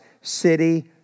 city